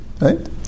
right